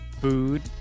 food